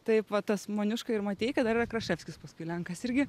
taip vat tas moniuška ir mateika dar yra kraševskis paskui lenkas irgi